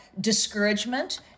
discouragement